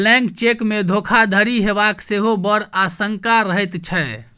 blank चेकमे धोखाधड़ी हेबाक सेहो बड़ आशंका रहैत छै